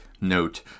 note